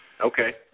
Okay